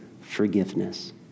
forgiveness